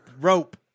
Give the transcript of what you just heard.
rope